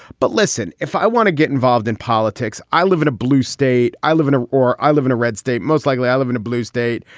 but listen, if i want to get involved in politics, i live in a blue state. i live in a or i live in a red state. most likely i live in a blue state.